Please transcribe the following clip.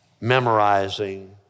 memorizing